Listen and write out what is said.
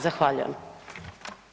Zahvaljujem.